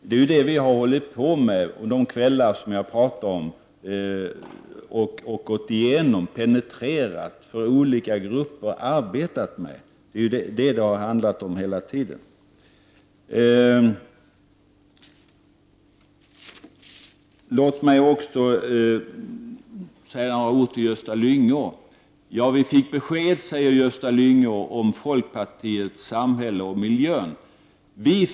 Det har vi ju hållit på med under de kvällar som jag talat om när vi har gått igenom och penetrerat detta för olika grupper och arbetat med det. Det är detta det har handlat om hela tiden. Låt mig även säga några ord till Gösta Lyngå. Gösta Lyngå säger att man har fått besked om folkpartiets samhälle och miljö.